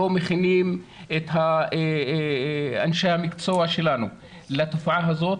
לא מכינים את אנשי המקצוע שלנו לתופעה הזאת,